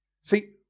See